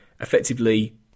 effectively